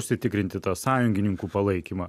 užsitikrinti tą sąjungininkų palaikymą